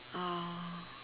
uh